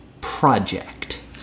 project